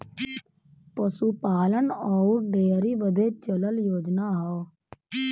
पसूपालन अउर डेअरी बदे चलल योजना हौ